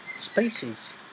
species